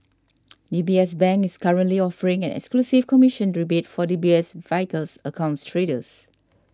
D B S Bank is currently offering an exclusive commission rebate for D B S Vickers accounts traders